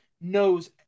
knows